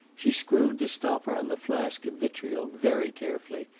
she screwed the stopper on the flask of vitriol very carefully,